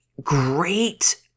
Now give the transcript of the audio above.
great